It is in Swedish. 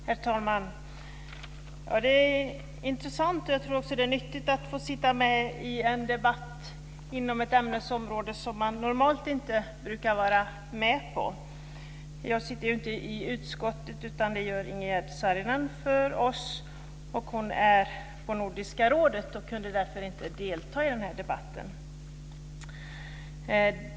Herr talman! Det är intressant, och jag tror också att det är nyttigt, att få sitta med i en debatt inom ett ämnesområde som man normalt inte brukar vara med på. Jag sitter ju inte i utskottet, utan det gör Ingegerd Saarinen för oss. Hon är på Nordiska rådet och kunde därför inte delta i den här debatten.